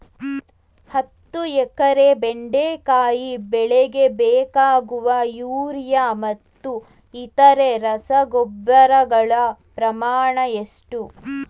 ಹತ್ತು ಎಕರೆ ಬೆಂಡೆಕಾಯಿ ಬೆಳೆಗೆ ಬೇಕಾಗುವ ಯೂರಿಯಾ ಮತ್ತು ಇತರೆ ರಸಗೊಬ್ಬರಗಳ ಪ್ರಮಾಣ ಎಷ್ಟು?